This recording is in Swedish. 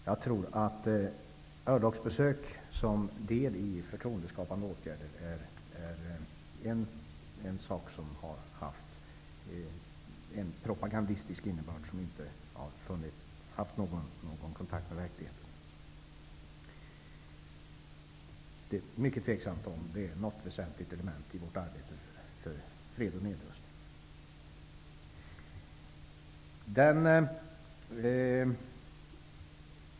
Jag tror att örlogsbesök som en del i förtroendeskapande åtgärder är någonting som har haft en propagandistisk innebörd, som inte har haft någon kontakt med verkligheten. Det är mycket tveksamt om det utgör något väsentligt element i vårt arbete för fred och nedrustning.